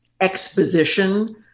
exposition